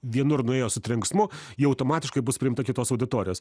vienur nuėjo su trenksmu ji automatiškai bus priimta kitos auditorijos